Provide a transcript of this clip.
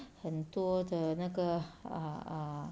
很多的那个 err err